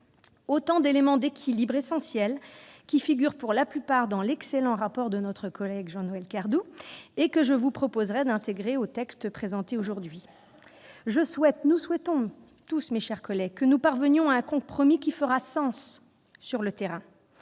Autant d'éléments d'équilibres essentiels, qui figurent, pour la plupart, dans l'excellent rapport de notre collègue Jean-Noël Cardoux, et que je vous proposerai d'intégrer au texte présenté aujourd'hui. Nous souhaitons tous, mes chers collègues, parvenir à un compromis qui fera sens sur le terrain